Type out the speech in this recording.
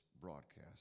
broadcast